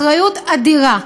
אחריות אדירה.